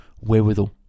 wherewithal